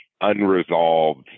unresolved